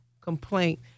complaint